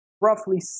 roughly